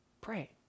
Pray